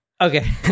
okay